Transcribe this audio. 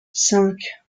cinq